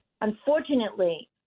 unfortunately